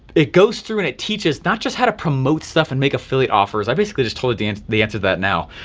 it goes through and it teaches not just how to promote stuff and make affiliate offers, i basically just told the and the answer that now,